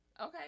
Okay